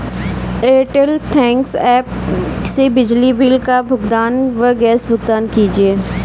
Airtel thanks app से बिजली bill का भुगतान व गैस भुगतान कीजिए